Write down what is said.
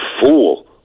fool